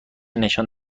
نشان